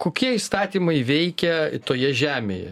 kokie įstatymai veikia toje žemėje